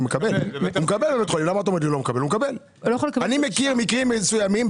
אני מכיר מקרים מסוימים,